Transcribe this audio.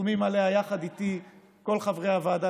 חתומים עליה יחד איתי כל חברי הוועדה